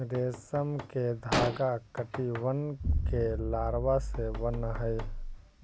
रेशम के धागा कीटबन के लारवा से बन हई